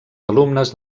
alumnes